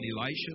Elisha